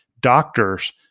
doctor's